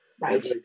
Right